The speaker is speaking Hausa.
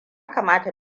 kamata